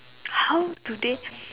how do they